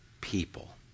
people